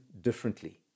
differently